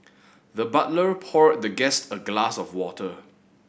the butler poured the guest a glass of water